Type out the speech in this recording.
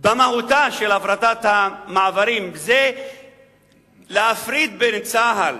של הפרטת המעברים במהותה היא להפריד בין צה"ל